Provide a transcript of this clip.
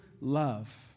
love